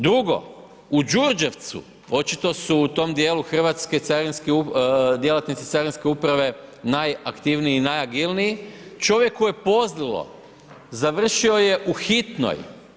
Drugo, u Đurđevcu, očito su u tom dijelu Hrvatske djelatnici carinske uprave najaktivniji i najagilniji čovjeku je pozlilo, završio je u hitnoj.